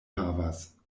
havas